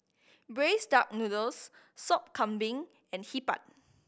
braised duck noodles Sop Kambing and Hee Pan